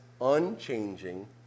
unchanging